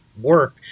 work